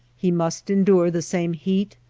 he must endure the same heat,